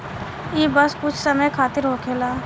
ई बस कुछ समय खातिर होखेला